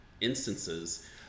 instances